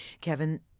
Kevin